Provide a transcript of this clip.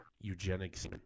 eugenics